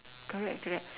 correct correct